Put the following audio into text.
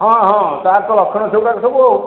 ହଁ ହଁ ତା'ର ତ ଲକ୍ଷଣ ସେଇ ଗୁଡ଼ାକ ସବୁ ଆଉ